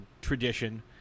tradition